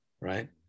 Right